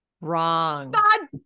Wrong